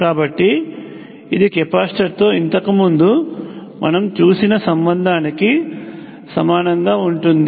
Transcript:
కాబట్టి ఇది కెపాసిటర్తో ఇంతకుముందు మనం చూసిన సంబంధానికి సమానంగా ఉంటుంది